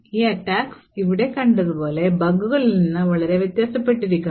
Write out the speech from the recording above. ഈ attacks ഇവിടെ കണ്ടതുപോലുള്ള ബഗുകളിൽ നിന്ന് വളരെ വ്യത്യാസപ്പെട്ടിരിക്കുന്നു